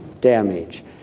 damage